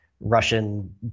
Russian